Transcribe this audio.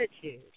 attitude